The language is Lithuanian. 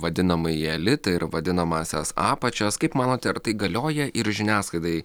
vadinamąjį elitą ir vadinamąsias apačias kaip manot ar tai galioja ir žiniasklaidai